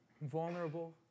vulnerable